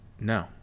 No